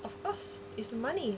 of course is money